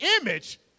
image